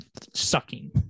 sucking